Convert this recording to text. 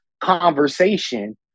conversation